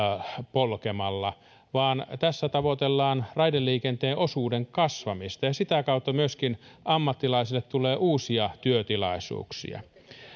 polkemalla vaan tässä tavoitellaan raideliikenteen osuuden kasvamista ja sitä kautta myöskin ammattilaisille tulee uusia työtilaisuuksia